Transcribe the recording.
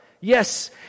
Yes